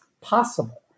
possible